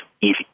Easy